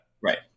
Right